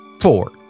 four